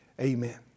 Amen